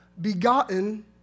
begotten